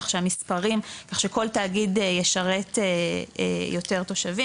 כך שכל תאגיד ישרת יותר תושבים,